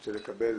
רוצה לקבל